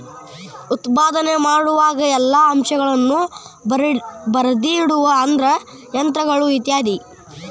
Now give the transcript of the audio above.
ಉತ್ಪಾದನೆ ಮಾಡುವಾಗ ಎಲ್ಲಾ ಅಂಶಗಳನ್ನ ಬರದಿಡುದು ಅಂದ್ರ ಯಂತ್ರಗಳು ಇತ್ಯಾದಿ